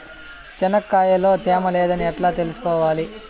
చెనక్కాయ లో తేమ లేదని ఎట్లా తెలుసుకోవాలి?